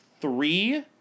three